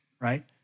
right